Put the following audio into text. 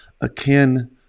akin